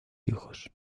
hijos